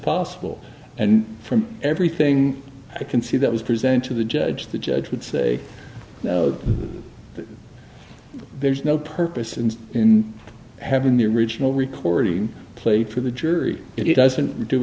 possible and from everything i can see that was presented to the judge the judge would say there's no purpose and in having the original recording played for the jury it doesn't do